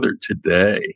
today